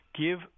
give